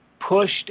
pushed